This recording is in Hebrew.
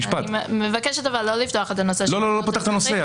אני מבקשת לא לפתוח את הנושא --- אני לא פותח את הנושא,